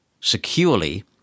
securely